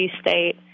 State